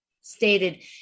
stated